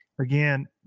again